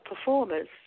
performers